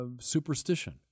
superstition